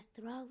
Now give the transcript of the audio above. throat